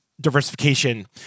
diversification